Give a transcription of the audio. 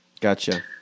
Gotcha